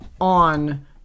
on